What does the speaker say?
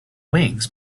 wings